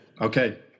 okay